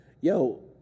Yo